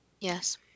Yes